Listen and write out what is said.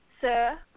sir